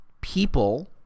people